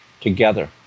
together